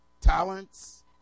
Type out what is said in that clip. talents